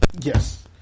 Yes